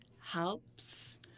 helps